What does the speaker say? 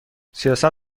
سیاست